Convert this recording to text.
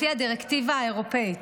לפי הדירקטיבה האירופית.